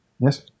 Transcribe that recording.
Yes